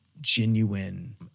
genuine